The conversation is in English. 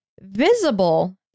visible